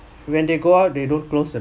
when they go out they don't close the